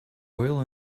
oil